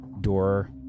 door